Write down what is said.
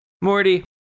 Morty